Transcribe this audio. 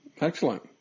Excellent